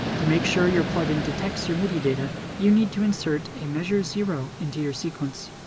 to make sure your plug-in detects your midi data, you need to insert a measure zero into your sequence.